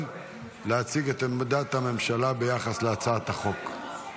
להציג את עמדת הממשלה ביחס להצעת החוק.